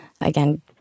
again